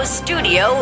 studio